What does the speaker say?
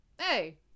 hey